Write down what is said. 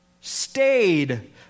stayed